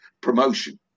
promotion